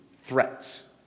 threats